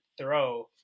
throw